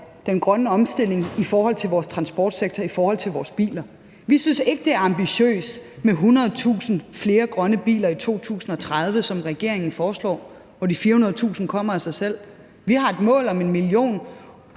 den grønne omstilling i forhold til vores transportsektor og i forhold til vores biler. Vi synes ikke, det er ambitiøst med 100.000 flere grønne biler i 2030, som regeringen foreslår, og at de 400.000 kommer af sig selv. Vi har et mål om 1 million